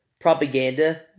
propaganda